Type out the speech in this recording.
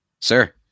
Sir